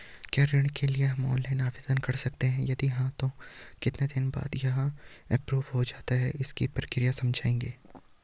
क्या ऋण के लिए हम ऑनलाइन आवेदन कर सकते हैं यदि हाँ तो कितने दिन बाद यह एप्रूव हो जाता है इसकी प्रक्रिया समझाइएगा?